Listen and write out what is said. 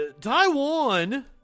Taiwan